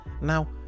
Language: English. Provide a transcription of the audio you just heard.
now